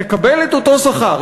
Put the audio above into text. תקבל את אותו שכר,